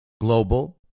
global